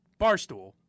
Barstool